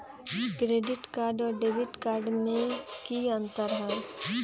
Credit card और debit card में की अंतर हई?